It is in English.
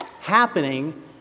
happening